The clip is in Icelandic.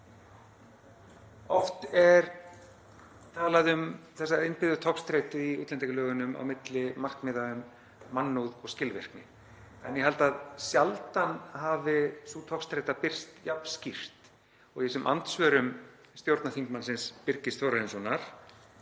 Oft er talað um þessa innbyggðu togstreitu í útlendingalögunum á milli markmiða um mannúð og skilvirkni en ég held að sjaldan hafi sú togstreita birst jafn skýrt og í þessum andsvörum stjórnarþingmannsins Birgis Þórarinssonar,